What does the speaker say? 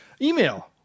Email